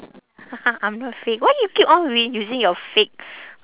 I'm not fake why you keep on reusing your fake